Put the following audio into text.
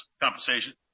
compensation